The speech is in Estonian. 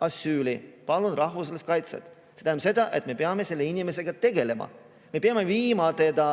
asüüli, palun rahvusvahelist kaitset", siis see tähendab seda, et me peame selle inimesega tegelema. Me peame viima ta